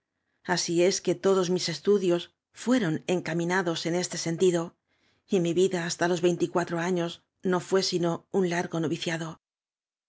así es que to dos mis estadios fueron encaminados eo este sentido y mi vida hasta los veinticuatro años no fué sino un laro noviciado